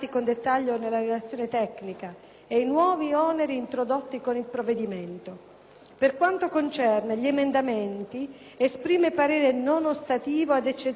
Per quanto concerne gli emendamenti, esprime parere non ostativo, ad eccezione delle proposte 2.100, 2.0.103,